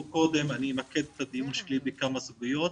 קודם אמקד את הדיון שלי בכמה סוגיות.